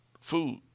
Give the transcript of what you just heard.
food